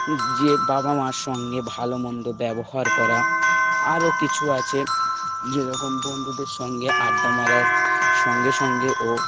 যে বাবা মার সঙ্গে ভালো মন্দ ব্যবহার করা আরও কিছু আছে যেরকম বন্ধুদের সঙ্গে আড্ডা মারার সঙ্গে সঙ্গে ও